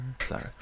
Sorry